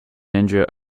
ninja